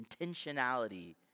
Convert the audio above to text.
Intentionality